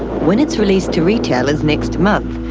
when it's released to retailers next month,